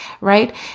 right